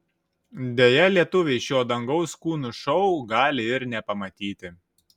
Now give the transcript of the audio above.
deja lietuviai šio dangaus kūnų šou gali ir nepamatyti